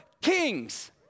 kings